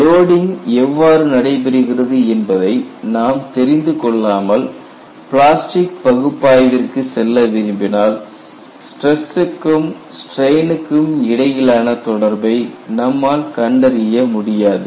loading எவ்வாறு நடைபெறுகிறது என்பதை நாம் தெரிந்து கொள்ளாமல் பிளாஸ்டிக் பகுப்பாய்விற்கு செல்ல விரும்பினால் ஸ்டிரஸ்க்கும் ஸ்டிரெயின் க்கும் இடையிலான தொடர்பை நம்மால் கண்டறிய முடியாது